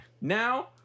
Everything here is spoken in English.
Now